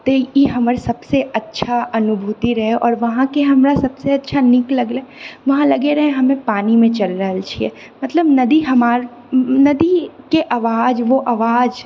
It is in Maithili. तैं ई हमर सबसँ अच्छा अनुभूति रहै आओर वहांके हमरा सबसँ अच्छा नीक लगलै वहां लगै रहै हमे पानिमे चलि रहल छियै मतलब नदी हमर नदीके आवाज वो आवाज